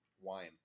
Wine